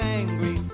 angry